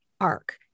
arc